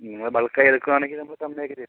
നിങ്ങൾ ബൾക്കായി എടുക്കുകയാണെങ്കിൽ നമ്മൾ കമ്മിയാക്കി തരും